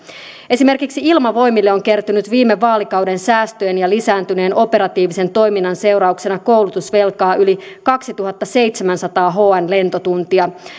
esimerkiksi ilmavoimille on kertynyt viime vaalikauden säästöjen ja lisääntyneen operatiivisen toiminnan seurauksena koulutusvelkaa yli kaksituhattaseitsemänsataa hn lentotuntia